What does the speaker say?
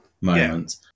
moment